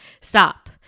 Stop